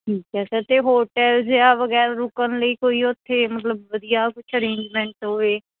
ਠੀਕ ਹੈ ਸਰ ਅਤੇ ਹੋਟਲ ਜਿਹਾ ਵਗੈਰਾ ਰੁਕਣ ਲਈ ਕੋਈ ਉੱਥੇ ਮਤਲਬ ਵਧੀਆ ਕੁਛ ਅਰੇਂਜਮੈਂਟ ਹੋਵੇ